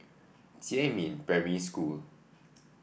Jiemin Primary School